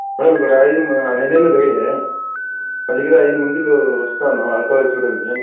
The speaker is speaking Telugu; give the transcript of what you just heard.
మేడం ఇక్కడ నేను గైడే మా దగ్గర అయిదుమంది వస్తాను అరకు వ్యాలీ చూడాలి